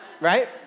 right